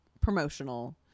promotional